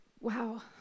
Wow